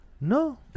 No